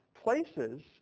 places